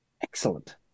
Excellent